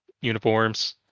uniforms